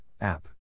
app